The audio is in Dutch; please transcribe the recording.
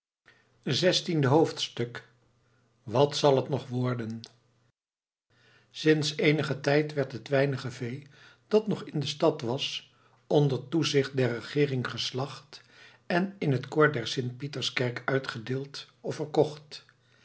zestiende hoofdstuk wat zal het nog worden sinds eenigen tijd werd het weinige vee dat nog in de stad was onder toezicht der regeering geslacht en in het koor der sint pieterskerk uitgedeeld of verkocht